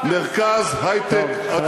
אנחנו בונים מרכז היי-טק עצום.